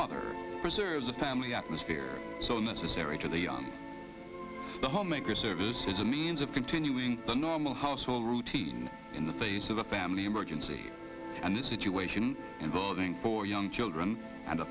mother preserves a family atmosphere so necessary to the on the homemaker service as a means of continuing the normal household routine in the face of a family emergency and the situation involving young children and